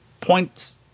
points